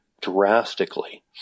drastically